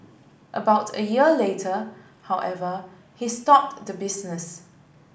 about a year later however he stopped the business